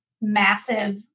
massive